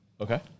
Okay